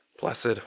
blessed